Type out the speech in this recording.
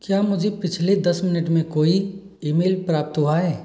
क्या मुझे पिछले दस मिनट मे कोई ईमेल प्राप्त हुआ है